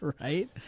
right